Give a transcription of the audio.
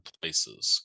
Places